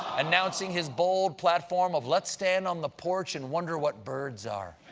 announcing his bold platform of let's stand on the porch and wonder what birds are.